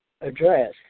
address